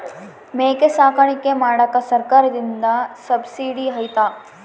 ಮೇಕೆ ಸಾಕಾಣಿಕೆ ಮಾಡಾಕ ಸರ್ಕಾರದಿಂದ ಸಬ್ಸಿಡಿ ಐತಾ?